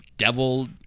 devil